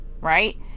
right